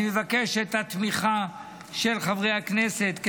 אני מבקש את התמיכה של חברי הכנסת,